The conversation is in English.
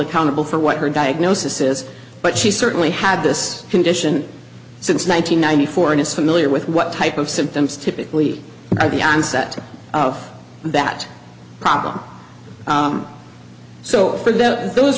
accountable for what her diagnosis is but she certainly had this condition since one nine hundred ninety four and is familiar with what type of symptoms typically are the onset of that problem so for those